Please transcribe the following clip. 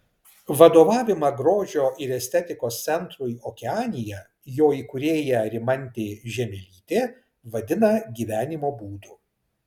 vadovavimą grožio ir estetikos centrui okeanija jo įkūrėja rimantė žiemelytė vadina gyvenimo būdu